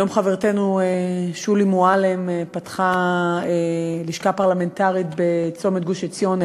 היום חברתנו שולי מועלם פתחה לשכה פרלמנטרית בצומת גוש-עציון,